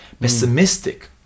pessimistic